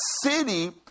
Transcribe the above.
city